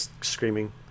screaming